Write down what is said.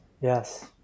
yes